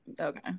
Okay